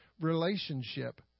relationship